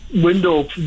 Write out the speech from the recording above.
window